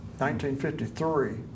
1953